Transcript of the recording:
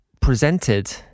presented